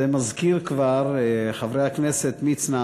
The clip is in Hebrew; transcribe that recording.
זה מזכיר כבר, חברי הכנסת מצנע